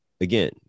again